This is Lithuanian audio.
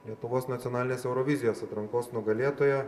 lietuvos nacionalinės eurovizijos atrankos nugalėtoją